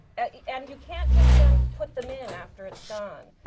and you can't just then put them in and after it's done.